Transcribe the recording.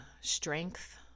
strength